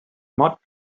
much